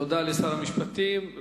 תודה לשר המשפטים.